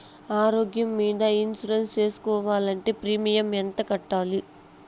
ఆరోగ్యం మీద ఇన్సూరెన్సు సేసుకోవాలంటే ప్రీమియం ఎంత కట్టాలి?